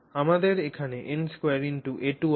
আমাদের এখানে n2a2 আছে